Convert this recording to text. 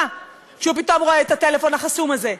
כשהוא פתאום רואה את הטלפון החסום הזה,